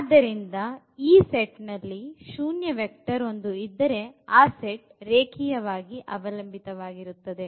ಆದ್ದರಿಂದ ಈ ಸೆಟ್ನಲ್ಲಿ ಶೂನ್ಯ ವೆಕ್ಟರ್ ಒಂದು ಇದ್ದರೆ ಆ ಸೆಟ್ ರೇಖೀಯವಾಗಿ ಅವಲಂಬಿತವಾಗಿರುತ್ತದೆ